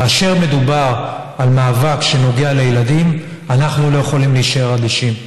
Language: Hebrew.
כאשר מדובר על מאבק של ילדים אנחנו לא יכולים להישאר אדישים.